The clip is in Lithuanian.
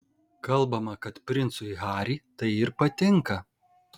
kalbama kad princui harry tai ir patinka